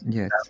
Yes